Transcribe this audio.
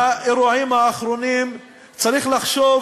לאירועים האחרונים צריך לחשוב,